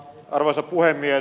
arvoisa puhemies